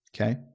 okay